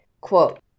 Quote